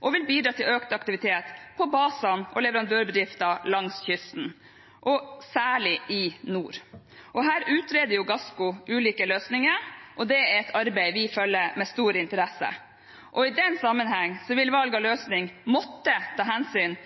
og det vil bidra til økt aktivitet på baser og i leverandørbedrifter langs kysten, særlig i nord. Her utreder Gassco ulike løsninger, og det er et arbeid vi følger med stor interesse. I den sammenheng vil valget av løsning måtte ta hensyn